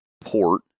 port